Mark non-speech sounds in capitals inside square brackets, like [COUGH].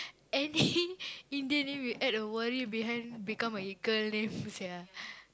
any [LAUGHS] Indian name you add a behind become a name sia